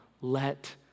let